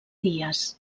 dies